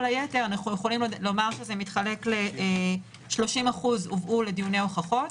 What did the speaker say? היתר אנחנו יכולים לומר שזה מתחלק: 30% הובאו לדיוני הוכחות,